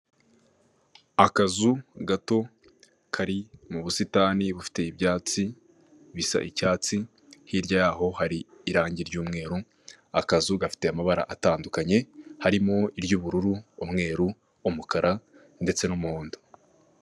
Akazu gato kari mu busitani bufite ibyatsi bisa icyatsi, hirya yaho hari irangi ry'umweru, akazu gafite amabara atandukanye, harimo: iry'ubururu umweru, umukara ndetse n'umuhondo.